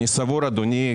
אני סבור אדוני,